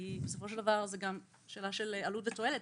כי בסופו של דבר זו גם שאלה של עלות ותועלת,